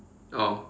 oh